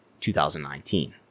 2019